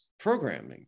Programming